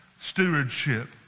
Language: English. stewardship